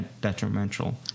detrimental